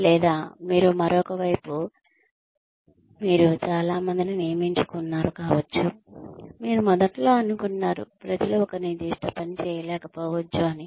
లేదా మీరు మరొక వైపు మీరు చాలా మందిని నియమించుకున్నారు కావచ్చు మీరు మొదట్లో అనుకున్నారు ప్రజలు ఒక నిర్దిష్ట పని చేయలేకపోవచ్చు అని